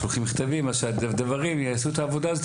אז שהדוורים יעשו את העבודה זאת,